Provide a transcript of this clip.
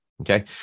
Okay